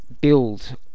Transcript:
build